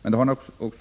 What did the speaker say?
Men sänkta räntor har